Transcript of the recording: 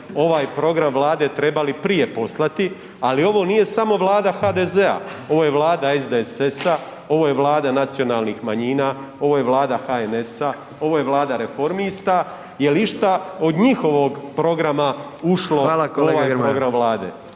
ovaj program vlade trebali prije poslati, ali ovo nije samo vlada HDZ-a, ovo je vlada SDSS-a, ovo je vlada nacionalnih manjina, ovo je vlada HNS-a, ovo je vlada reformista. Jel išta od njihovog programa ušlo …/Upadica: Hvala